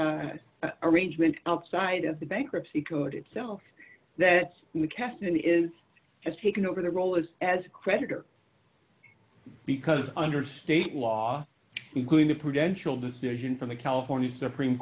arrangement outside of the bankruptcy code itself that the captain is has taken over the role as as a creditor because under state law including the prudential decision from the california supreme